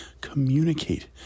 Communicate